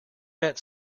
met